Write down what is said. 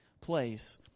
place